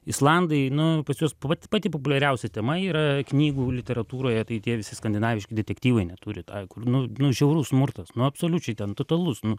islandai nu pas juos vat pati populiariausia tema yra knygų literatūroje tai tie visi skandinaviški detektyvai neturi tą kur nu nu žiaurus smurtas nu absoliučiai ten totalus nu